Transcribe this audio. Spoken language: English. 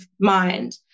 mind